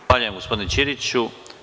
Zahvaljujem gospodine Ćiriću.